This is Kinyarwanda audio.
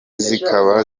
zikaba